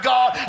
God